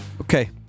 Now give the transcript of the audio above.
Okay